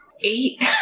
eight